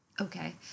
Okay